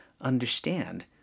understand